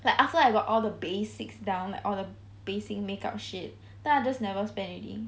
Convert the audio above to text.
like after I got all the basics down like all the basic makeup shit then I just never spend already